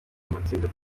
amatsinda